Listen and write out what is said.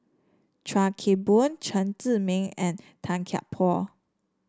Chuan Keng Boon Chen Zhiming and Tan Kian Por